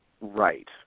right